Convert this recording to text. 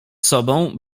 sobą